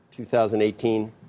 2018